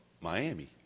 Miami